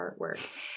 artwork